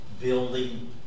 building